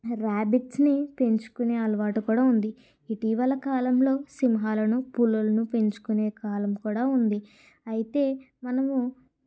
రాబిట్స్ని పెంచుకునే అలవాటు కూడా ఉంది ఇటీవల కాలంలో సింహాలను పులులను పెంచుకునే కాలం కూడా ఉంది అయితే మనము